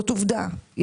זאת עובדה,